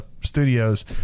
Studios